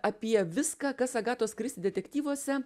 apie viską kas agatos kristi detektyvuose